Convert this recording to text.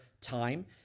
time